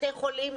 בתי חולים,